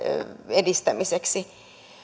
edistämiseksi